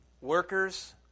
workers